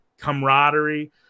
camaraderie